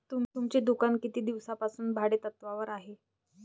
तुमचे दुकान किती दिवसांपासून भाडेतत्त्वावर आहे?